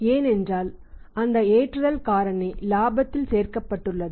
ஏனென்றால் அந்த ஏற்றுதல் காரணி இலாபத்தில் சேர்க்கப்பட்டுள்ளது